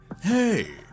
Hey